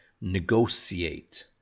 Negotiate